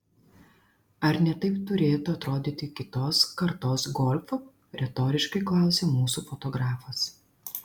ar ne taip turėtų atrodyti kitos kartos golf retoriškai klausė mūsų fotografas